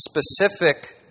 specific